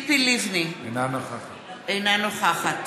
אינה נוכחת